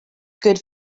good